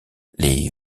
les